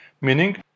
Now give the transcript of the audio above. Meaning